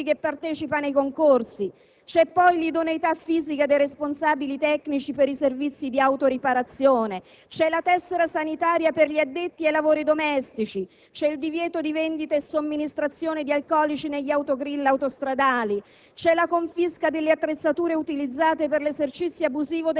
troviamo: la sana e robusta costituzione fisica; i difetti dei farmacisti che partecipano ai concorsi; l'idoneità fisica dei responsabili tecnici per i servizi di autoriparazione; la tessera sanitaria per gli addetti ai lavori domestici; il divieto di vendita e somministrazione di alcolici negli autogrill